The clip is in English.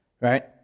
right